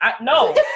No